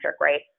right